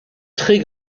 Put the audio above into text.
très